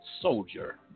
soldier